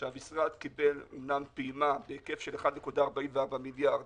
שהמשרד קיבל אמנם פעימה בהיקף של 1.44 מיליארד